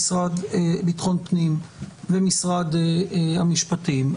המשרד לביטחון הפנים ומשרד המשפטים.